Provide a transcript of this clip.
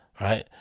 Right